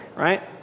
Right